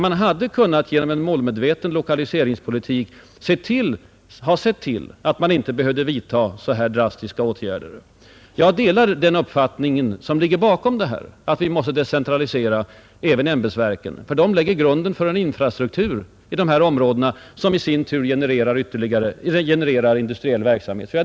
Man kunde ju genom en målmedveten lokaliseringspolitik ha sett till att sådana här drastiska åtgärder inte behövts. Vi måste decentralisera även ämbetsverk, ty de lägger grunden till en infrastruktur i dessa områden, som i sin tur genererar industriell verksamhet.